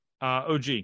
OG